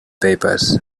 papers